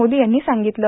मोदी यांनी सांगितलं